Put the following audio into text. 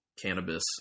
cannabis